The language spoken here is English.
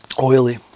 Oily